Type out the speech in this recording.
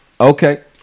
Okay